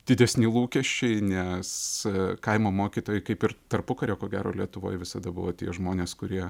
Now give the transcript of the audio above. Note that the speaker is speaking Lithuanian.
didesni lūkesčiai nes kaimo mokytojai kaip ir tarpukario ko gero lietuvoj visada buvo tie žmonės kurie